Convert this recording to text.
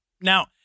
Now